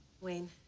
Wayne